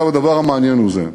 הדבר המעניין הוא זה: